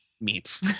meat